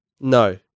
No